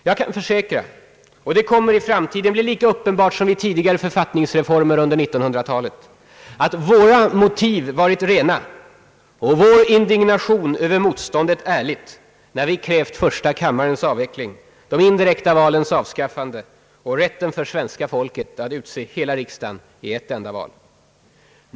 Jag kan försäkra — och det kommer i framtiden att bli lika uppenbart som vid tidigare författningsreformer under 1900-talet — att våra motiv varit rena och vår indignation över motståndet ärlig när vi krävt första kammarens avvecklande, de indirekta valens avskaffande och rätten för svenska folket att utse hela riksdagen i ett enda val.